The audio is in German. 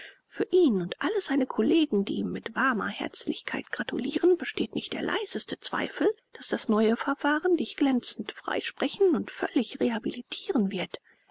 für ihn und alle seine kollegen die ihm mit warmer herzlichkeit gratulieren besteht nicht der leiseste zweifel daß das neue verfahren dich glänzend freisprechen und völlig rehabilitieren wird